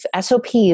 SOPs